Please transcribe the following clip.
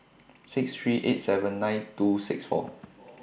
six three eight seven nine two six four